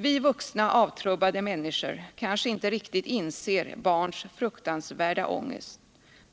Vi vuxna, avtrubbade människor kanske inte riktigt inser barns fruktansvärda ångest,